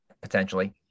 potentially